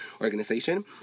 organization